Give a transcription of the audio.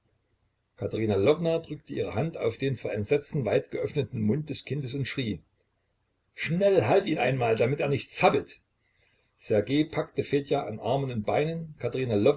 katerina lwowna drückte ihre hand auf den vor entsetzen weit geöffneten mund des kindes und schrie schnell halt ihn einmal damit er nicht zappelt ssergej packte fedja an armen und beinen katerina